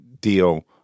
deal